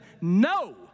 no